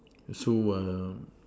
so err